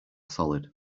solid